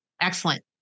Excellent